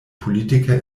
politiker